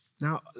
Now